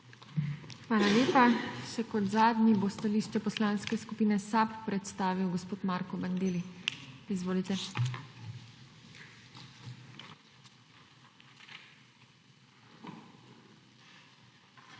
Hvala lepa. Kot zadnji bo stališče Poslanske skupine SAB predstavil gospod Marko Bandelli. Izvolite.